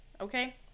Okay